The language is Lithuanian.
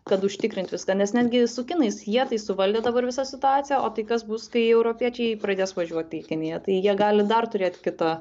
kad užtikrint viską nes netgi su kinais jie tai suvaldė dabar visą situaciją o tai kas bus kai europiečiai pradės važiuot į kiniją tai jie gali dar turėt kitą